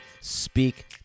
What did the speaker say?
speak